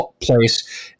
place